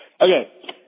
Okay